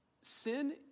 Sin